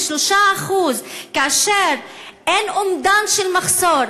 3% כאשר אין אומדן של מחסור,